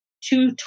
two